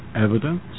evidence